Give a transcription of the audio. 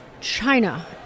China